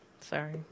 Sorry